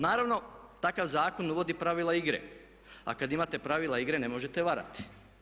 Naravno, takav zakon uvodi pravila igre, a kad imate pravila igre ne možete varati.